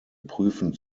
prüfen